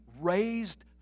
raised